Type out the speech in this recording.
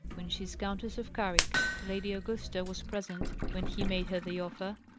when she's countess of carrick. lady augusta was present when he made her the offer.